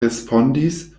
respondis